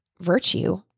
virtue